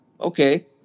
okay